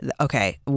okay